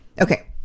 Okay